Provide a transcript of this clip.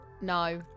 No